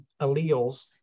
alleles